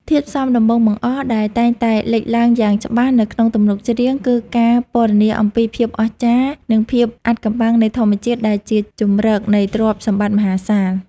ធាតុផ្សំដំបូងបង្អស់ដែលតែងតែលេចឡើងយ៉ាងច្បាស់នៅក្នុងទំនុកច្រៀង គឺការពណ៌នាអំពីភាពអស្ចារ្យ និងភាពអាថ៌កំបាំងនៃធម្មជាតិដែលជាជម្រកនៃទ្រព្យសម្បត្តិមហាសាល។